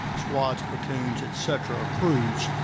squads, platoons, et cetera, or crews,